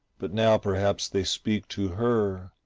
but now perhaps they speak to her,